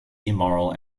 immoral